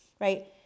right